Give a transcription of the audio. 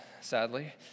sadly